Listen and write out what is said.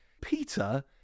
Peter